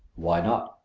why not?